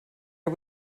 are